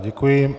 Děkuji.